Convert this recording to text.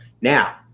now